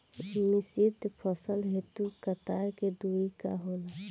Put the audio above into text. मिश्रित फसल हेतु कतार के दूरी का होला?